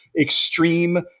extreme